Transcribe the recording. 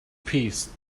peace